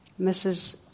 Mrs